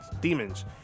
demons